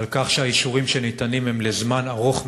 על כך שהאישורים שניתנים הם לזמן ארוך מאוד,